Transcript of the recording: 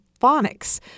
phonics